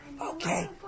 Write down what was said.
Okay